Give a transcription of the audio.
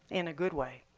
in a good way.